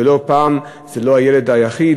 ולא פעם זה לא הילד היחיד,